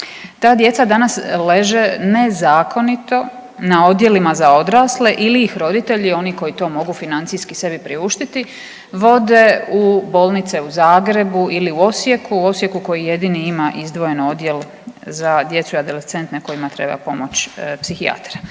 Ta djeca danas leže nezakonito na odjelima za odrasle ili ih roditelji oni koji to mogu financijski sebi priuštiti vode u bolnice u Zagrebu ili u Osijeku. U Osijeku koji jedini ima izdvojen odjel za djecu i adolescente kojima treba pomoć psihijatra.